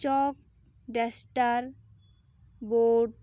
chalk duster board